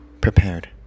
prepared